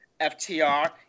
FTR